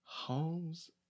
Holmes